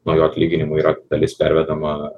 nuo jo atlyginimo yra dalis pervedama